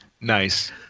Nice